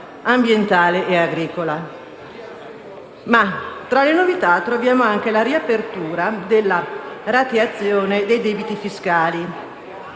ambientale e agricola. Tra le novità troviamo anche la riapertura della rateazione dei debiti fiscali: